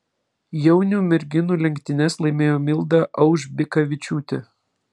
jaunių merginų lenktynes laimėjo milda aužbikavičiūtė